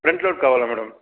front load కావాలి madam